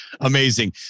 Amazing